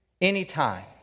Anytime